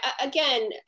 Again